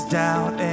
doubt